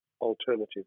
alternative